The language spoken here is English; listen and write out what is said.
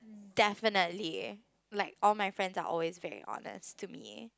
definitely like all my friends are always very honest to me